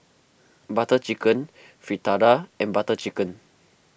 Butter Chicken Fritada and Butter Chicken